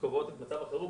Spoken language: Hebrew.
קובעות את מצב החירום...